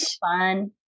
fun